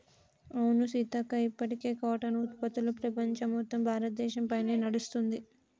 అవును సీతక్క ఇప్పటికీ కాటన్ ఉత్పత్తులు ప్రపంచం మొత్తం భారతదేశ పైనే నడుస్తుంది